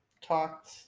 talked